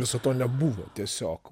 viso to nebuvo tiesiog